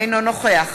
אינו נוכח